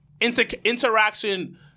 interaction